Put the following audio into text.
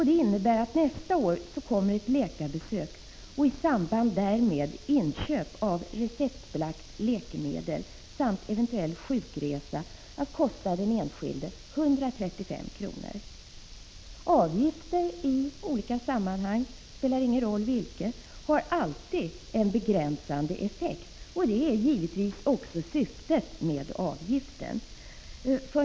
Det innebär att ett läkarbesök och i samband därmed köp av receptbelagt läkemedel samt eventuell sjukhusresa nästa år kommer att kosta den enskilde 135 kr. Avgifter i något sammanhang — det spelar ingen roll vilket — har alltid en begränsande effekt. Det är givetvis också syftet med avgiften.